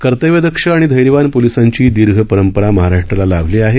कर्तव्यदक्ष आणि धैर्यवान पोलीसांची दीर्घ परंपरा महाराष्ट्राला लाभली आहे